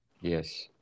Yes